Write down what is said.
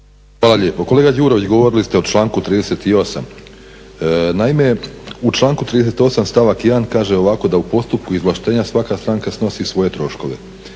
Hvala lijepo. Kolega Đurović, govorili ste o članku 38. Naime u članku 38., stavak 1. kaže ovako da u postupku izvlaštenja svaka stranka snosi svoje troškove.